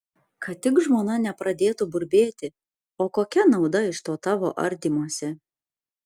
kad tik žmona nepradėtų burbėti o kokia nauda iš to tavo ardymosi